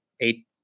eight